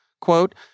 Quote